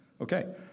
Okay